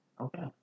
Okay